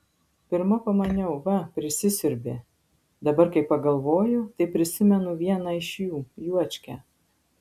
pirma pamaniau va prisisiurbė dabar kai pagalvoju tai prisimenu vieną iš jų juočkę